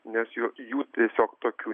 nes jų jų tiesiog tokių